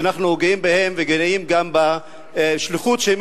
שאנחנו גאים בהם וגאים גם בשליחות שהם